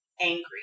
angry